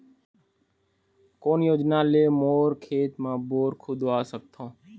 कोन योजना ले मोर खेत मा बोर खुदवा सकथों?